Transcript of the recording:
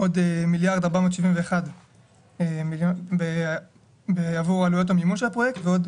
עוד מיליארד ו-471 מיליון ₪ בעבור עלויות המימוש של הפרויקט ועוד